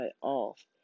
off